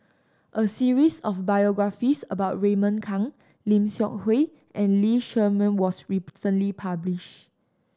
a series of biographies about Raymond Kang Lim Seok Hui and Lee Shermay was recently published